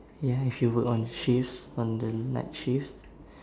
ya if you work on shifts on the night shifts